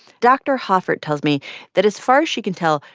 dr. hoffart tells me that as far as she can tell,